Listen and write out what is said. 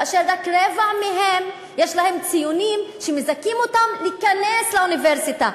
ורק לרבע מהם יש ציונים שמזכים אותם להיכנס לאוניברסיטה.